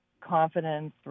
confidence